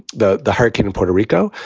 the the hurricane in puerto rico.